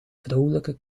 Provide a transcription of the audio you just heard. vrouwelijke